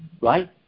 Right